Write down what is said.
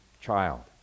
child